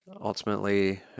ultimately